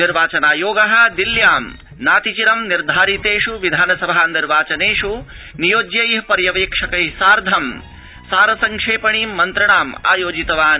निर्वाचनायोग दिल्ल्यां नातिचिरं निर्धारितेष् विधानसभा निर्वाचनेष् नियोज्यै पर्यवेक्षकै सार्धं गतदिवसे सार संक्षेपणी मन्त्रणामायोजितवान्